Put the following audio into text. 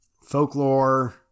folklore